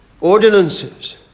ordinances